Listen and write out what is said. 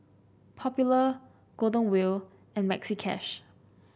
Popular Golden Wheel and Maxi Cash